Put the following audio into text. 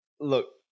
look